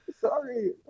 sorry